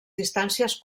distàncies